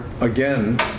again